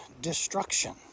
destruction